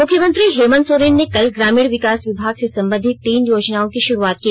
मुख्यमंत्री हेमन्त सोरेन ने कल ग्रामीण विकास विभाग से संबंधित तीन योजनाओं की शुरूआत की